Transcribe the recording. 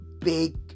big